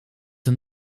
een